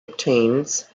obtains